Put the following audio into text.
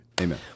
Amen